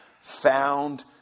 found